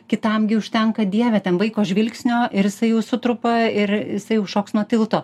kitam gi užtenka dieve ten vaiko žvilgsnio ir jisai jau sutrupa ir jisai jau šoks nuo tilto